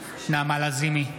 בעד נעמה לזימי,